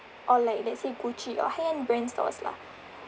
or like let's say Gucci or high-end brand stores lah